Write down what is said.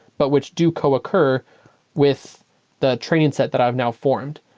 but which do co-occur with the training set that i've now formed.